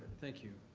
thank you.